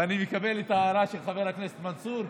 אני מקבל את ההערה של חבר הכנסת מנסור.